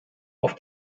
auf